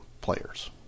players